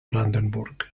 brandenburg